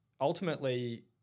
ultimately